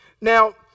Now